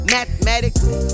Mathematically